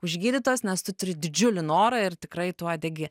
užgydytos nes tu turi didžiulį norą ir tikrai tuo degi